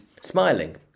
smiling